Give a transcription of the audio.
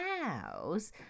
House